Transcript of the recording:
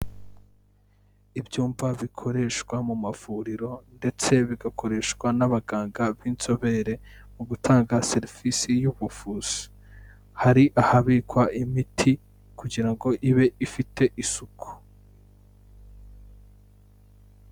Ibyumba bikoreshwa mu mavuriro ndetse bigakoreshwa n'abaganga b'inzobere mu gutanga serivisi y'ubuvuzi, hari ahabikwa imiti kugira ngo ibe ifite isuku.